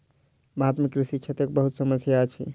भारत में कृषि क्षेत्रक बहुत समस्या अछि